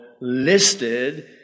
listed